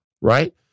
Right